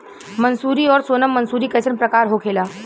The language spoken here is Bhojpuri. मंसूरी और सोनम मंसूरी कैसन प्रकार होखे ला?